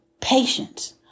patience